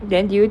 then did you